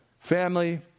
family